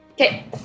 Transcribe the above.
Okay